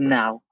now